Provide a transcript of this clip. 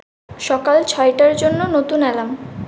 সকাল ছয়টার জন্য নতুন অ্যালার্ম